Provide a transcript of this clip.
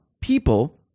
people